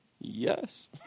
Yes